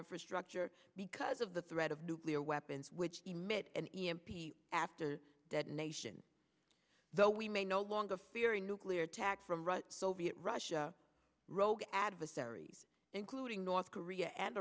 infrastructure because of the threat of nuclear weapons which emit an e m p after detonation though we may no longer fearing nuclear attack from russia soviet russia rogue adversaries including north korea and